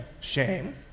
Shame